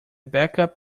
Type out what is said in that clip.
backup